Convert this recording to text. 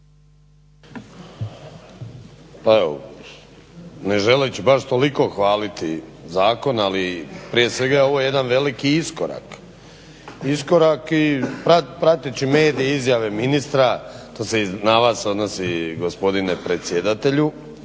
Ne želeći baš toliko hvaliti zakon ali prije svega ovo je jedan veliki iskorak, i prateći medije i izjave ministra to se i na vas odnosi gospodine predsjedatelju